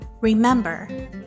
remember